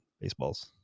baseballs